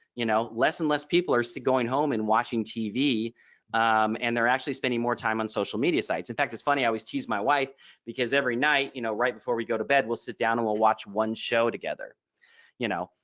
you know less and less people are going home and watching tv and they're actually spending more time on social media sites. in fact it's funny i always tease my wife because every night you know right before we go to bed we'll sit down and we'll watch one show together you know.